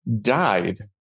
died